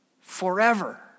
Forever